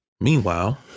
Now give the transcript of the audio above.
Meanwhile